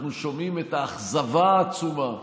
אנחנו שומעים את האכזבה העצומה.